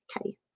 Okay